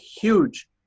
huge